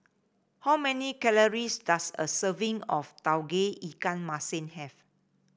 how many calories does a serving of Tauge Ikan Masin have